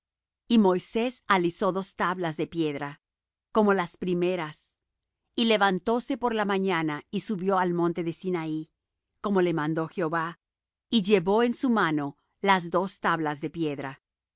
y moisés alisó dos tablas de piedra como las primeras y levantóse por la mañana y subió al monte de sinaí como le mandó jehová y llevó en su mano las dos tablas de piedra